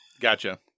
gotcha